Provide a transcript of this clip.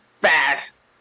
fast